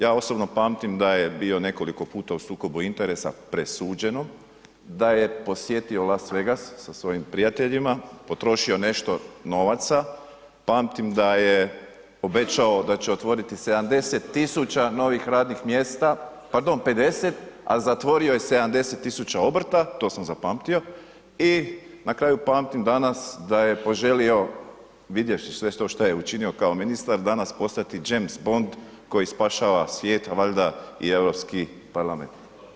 Ja osobno pamtim da je bio nekoliko puta u sukobu interesa presuđeno, da je posjetio Las Vegas sa svojim prijateljima, potrošio nešto novaca, pamtim da je obećao, da će otvoriti 70 tisuća novih radnih mjesta, pardon 50, a zatvorio je 70 tisuća obrta, to sam zapamtio i na kraju pamtim danas, da je požalio vidjevši sve to što je učinio kao ministar, danas postati James Bond, koji spašava svijet, a valjda i Europski parlament.